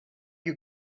you